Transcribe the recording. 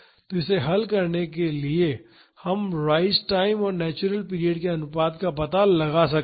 तो इसे हल करने के लिए हम राइज टाइम और नेचुरल पीरियड के अनुपात का पता लगा सकते हैं